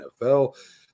NFL